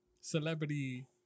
celebrity